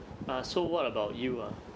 ah so what about you ah